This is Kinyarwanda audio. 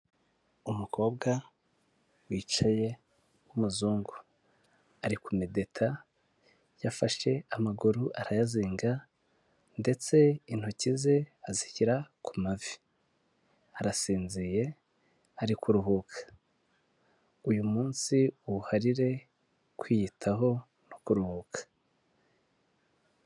Umukobwa wicaye w'umuzungu. Ari kumedeta yafashe amaguru arayazinga ndetse intoki ze azishyira ku mavi. Arasinziriye, ari kuruhuka. Uyu munsi uwuharirire kwiyitaho no kuruhuka.